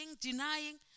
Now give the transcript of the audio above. denying